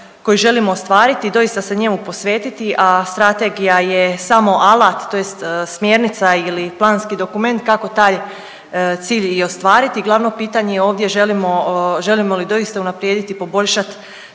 koji želimo ostvariti i doista se njemu posvetiti, a strategija je samo alat, tj. smjernica ili planski dokument kako taj cilj i ostvariti. Glavno pitanje je ovdje želimo li doista unaprijediti, poboljšati